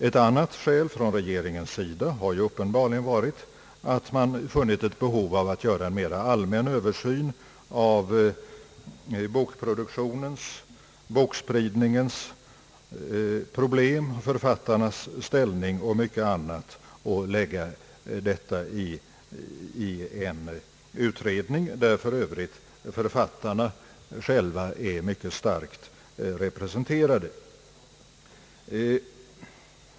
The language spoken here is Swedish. Ett annat skäl för regeringen har uppenbarligen varit att man funnit ett behov av att göra en mera allmän översyn av bokproduktionens och bokspridningens problem, författarnas ställning och mycket annat och lägga detta i en utredning, där för övrigt författarna själva är mycket starkt representerade.